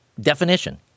definition